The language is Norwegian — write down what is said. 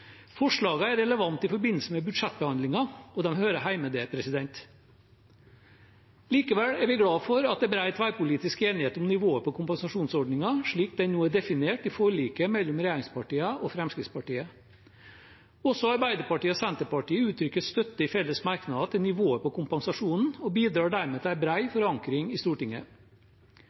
er relevante i forbindelse med budsjettbehandlingen, og de hører hjemme der. Likevel er vi glade for at det er bred tverrpolitisk enighet om nivået på kompensasjonsordningen, slik det nå er definert i forliket mellom regjeringspartiene og Fremskrittspartiet. Også Arbeiderpartiet og Senterpartiet uttrykker i felles merknader støtte til nivået på kompensasjonen og bidrar dermed til en bred forankring i Stortinget.